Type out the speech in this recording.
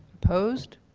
opposed?